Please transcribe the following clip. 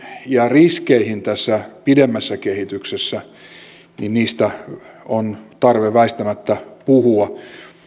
ja riskeistä tässä pidemmässä kehityksessä on tarve väistämättä puhua